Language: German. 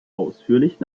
ausführlich